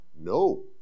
No